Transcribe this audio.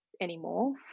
anymore